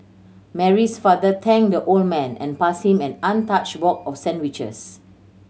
Mary's father thanked the old man and passed him an untouched box of sandwiches